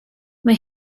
mae